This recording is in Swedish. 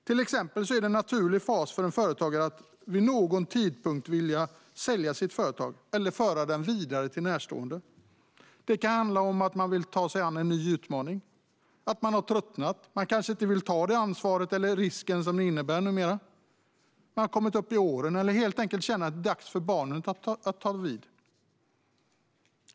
Till exempel är det en naturlig fas för en företagare att vid någon tidpunkt vilja sälja sitt företag eller föra det vidare till närstående. Det kan handla om att man vill ta sig an en ny utmaning eller har tröttnat. Man kanske inte längre vill ta ansvaret eller risken det innebär numera. Man kanske har kommit upp i åren eller helt enkelt känner att det är dags för barnen att ta vid.